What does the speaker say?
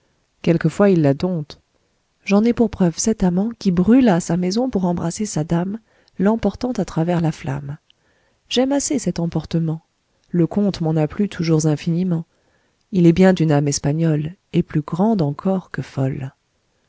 quelquefois il la dompte j'en ai pour preuve cet amant qui brûla sa maison pour embrasser sa dame l'emportant à travers la flamme j'aime assez cet emportement le conte m'en a plu toujours infiniment il est bien d'une âme espagnole et plus grande encore que folle